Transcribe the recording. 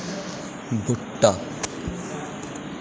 बूह्टा